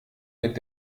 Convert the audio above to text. mit